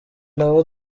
nabo